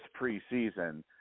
preseason